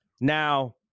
now